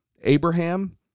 Abraham